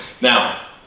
now